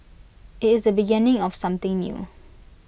IT is the beginning of something new